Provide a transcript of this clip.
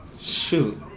Shoot